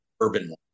urban